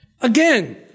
Again